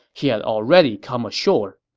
he had already come ashore.